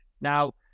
Now